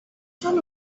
چون